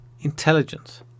intelligence